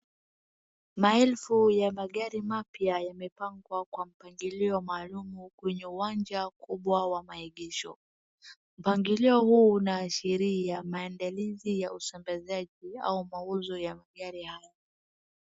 Maelfu ya magari mapya yamepangwa kwa mpangilio maalumu kwenye uwanja mkubwa wa maegesho, mpangilio huu unaashiria maandalizi ya usambazajia au mauzo ya magari haya.